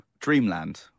dreamland